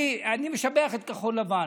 אני משבח את כחול לבן.